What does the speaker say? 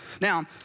Now